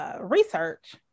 research